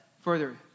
further